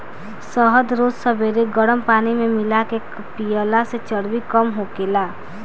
शहद रोज सबेरे गरम पानी में मिला के पियला से चर्बी कम होखेला